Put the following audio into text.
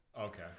Okay